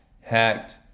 hacked